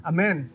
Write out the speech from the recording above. Amen